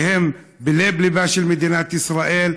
שהיא בלב-ליבה של מדינת ישראל,